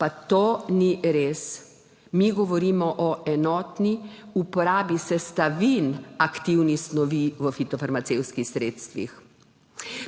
pa to ni res. Mi govorimo o enotni uporabi sestavin aktivnih snovi v fitofarmacevtskih sredstvih.